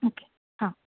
okay